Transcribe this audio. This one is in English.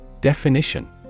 Definition